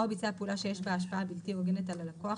או ביצע פעולה שיש בה השפעה בלתי הוגנת על הלקוח